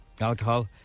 alcohol